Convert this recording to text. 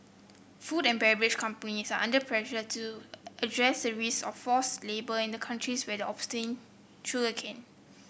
food and beverage companies are under pressure to address the risk of forced labour in the countries where they obtain sugarcane